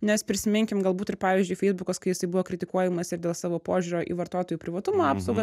nes prisiminkim galbūt ir pavyzdžiui feisbukas kai jisai buvo kritikuojamas ir dėl savo požiūrio į vartotojų privatumo apsaugą